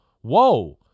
whoa